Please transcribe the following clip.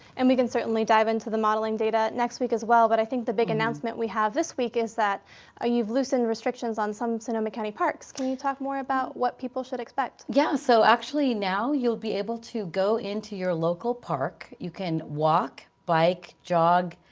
and we can certainly dive into the modeling data next week as well. but i think the big announcement we have this week is that ah you've loosened restrictions on some sonoma county parks. can you talk more about what people should expect? yeah, so actually now you'll be able to go into your local park. you can walk, bike, jog,